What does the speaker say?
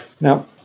Now